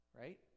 right